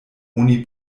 oni